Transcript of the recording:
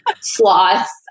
sloths